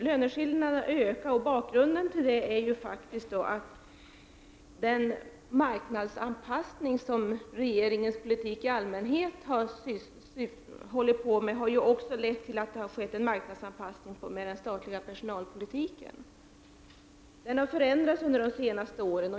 Löneskillnaderna ökar, och bakgrunden till det är att den marknadsanpassning som regeringens politik i allmänhet har inneburit också har lett till att det har skett en marknadsanpassning inom den statliga personalpolitiken. Den har förändrats under de senaste åren.